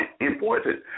important